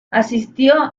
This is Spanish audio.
asistió